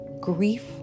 grief